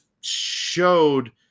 showed